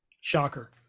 shocker